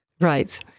Right